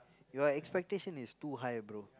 your expectation is too high bro